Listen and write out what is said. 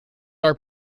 are